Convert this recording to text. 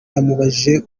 yamubajije